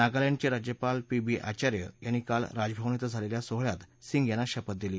नागालँडचे राज्यपाल P B Acharya यांनी काल राजभवन इथं झालेल्या सोहळ्यात सिंग यांना शपथ दिली